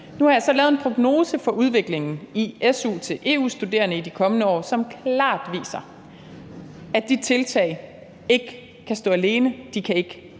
Nu har jeg så lavet en prognose for udviklingen i su til EU-studerende i de kommende år, som klart viser, at de tiltag ikke kan stå alene,